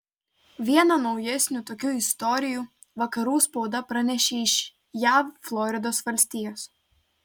vieną naujesnių tokių istorijų vakarų spauda pranešė iš jav floridos valstijos